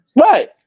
Right